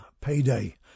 Payday